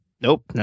Nope